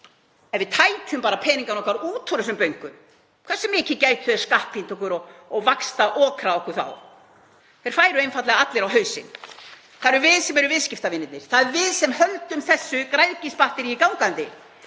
ef við tækjum bara peningana okkar út úr þessum bönkum? Hversu mikið gætu þeir skattpínt okkur og vaxtaokrað á okkur þá? Þeir færu einfaldlega allir á hausinn. Það erum við sem erum viðskiptavinirnir. Það erum við sem höldum þessu græðgisbatteríi gangandi